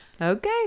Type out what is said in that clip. Okay